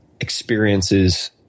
experiences